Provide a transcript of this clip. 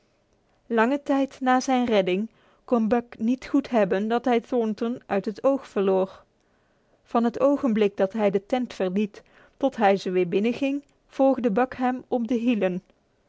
lange tijd na zijn redding kon buck niet goed hebben dat hij thornton uit het oog verloor van het ogenblik dat hij de tent verliet tot het ogenblik dat hij ze weer binnenging volgde buck hem op de hielen